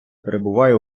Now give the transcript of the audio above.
перебуває